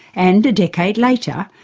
and a decade later,